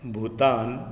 Bhutan